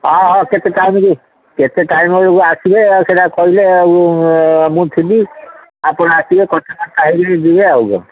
ହଁ ହଁ କେତେ ଟାଇମ୍ରେ କେତେ ଟାଇମ୍ରେ ଆସିବେ ଆଉ ସେଇଟା କହିଲେ ଆଉ ମୁଁ ଥିବି ଆପଣ ଆସିବେ କଥାବାର୍ତ୍ତା ହୋଇକିରି ଯିବେ ଆଉ କ'ଣ